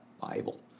Bible